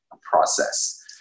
process